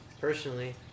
personally